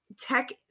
tech